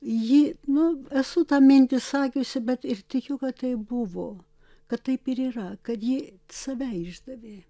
ji nu esu tą mintį sakiusi bet ir tikiu kad taip buvo kad taip ir yra kad ji save išdavė